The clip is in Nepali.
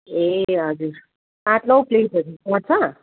ए हजुर आठ नौ प्लेटहरू पर्छ